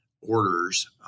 orders